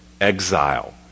exile